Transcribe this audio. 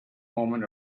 woman